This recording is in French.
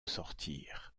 sortir